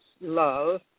love